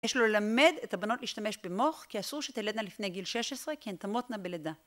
יש לו ללמד את הבנות להשתמש במוח כי אסור שתלדנה לפני גיל 16 כי הן תמותנה בלידה.